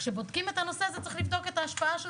וכשבודקים את הנושא הזה צריך לבדוק את ההשפעה של